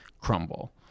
crumble